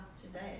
today